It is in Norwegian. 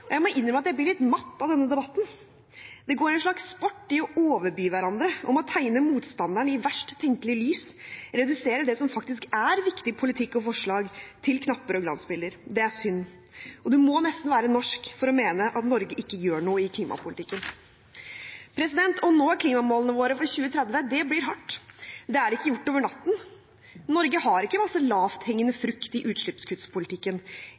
klimapolitikken. Jeg må innrømme at jeg blir litt matt av denne debatten. Det går en slags sport i å overby hverandre – i å tegne motstanderen i et verst tenkelig lys og redusere det som faktisk er viktig politikk og viktige forslag, til knapper og glansbilder. Det er synd. En må nesten være norsk for å mene at Norge ikke gjør noe i klimapolitikken. Å nå klimamålene våre for 2030 blir hardt, det er ikke gjort over natten. Norge har ikke masse lavthengende